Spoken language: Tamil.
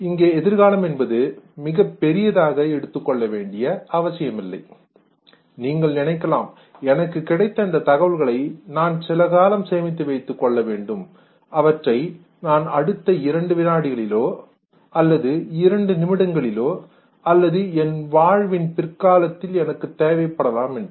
இங்கே எதிர்காலம் என்பது மிகப் பெரியதாக எடுத்துக்கொள்ள வேண்டிய அவசியமில்லை நீங்கள் நினைக்கலாம் எனக்கு கிடைத்த இந்த தகவல்களை நான் சில காலம் சேமித்து வைத்துக்கொள்ள வேண்டும் அவற்றை நான் அடுத்த இரண்டு வினாடிகளிலோ அல்லது இரண்டு நிமிடங்களிலோ அல்லது என் வாழ்வில் பிற்காலத்திலோ எனக்கு தேவைப்படலாம் என்று